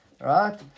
right